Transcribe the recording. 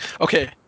Okay